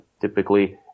typically